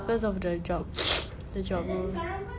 because of the job the job role